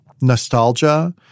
nostalgia